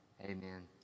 Amen